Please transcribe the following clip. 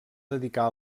dedicar